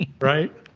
Right